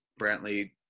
Brantley